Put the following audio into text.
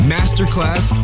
Masterclass